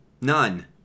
None